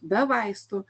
be vaistų